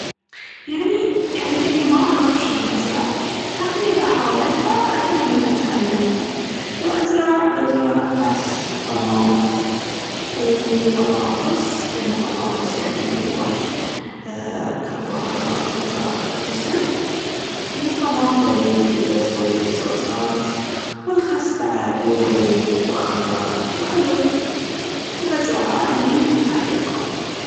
يعني يعني أني ما اعرف شلون أزرع لكن اذا حاولت أدري اني بتعلم. لو أزرع بزرع خس، طماط وبطاطس لأن البطاطس يعني فيه واجد أ- كاربوهايدرات ويساعد في الجسم. والطماط لذيذ تقدر تسوي فيه صوصات، والخس بعد يروي وأخضر وحلو. وبزرعه عندي في الحديقة.